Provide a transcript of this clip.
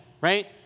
right